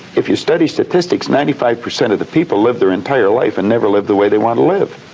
if you study statistics, ninety five percent of the people live their entire life, and never live the way they want to live.